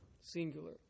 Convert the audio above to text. Singular